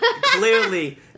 clearly